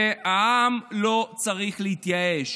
והעם לא צריך להתייאש.